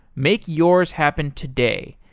make yours happen today.